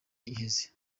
iheze